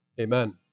amen